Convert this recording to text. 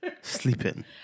Sleeping